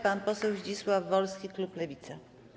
Pan poseł Zdzisław Wolski, klub Lewica.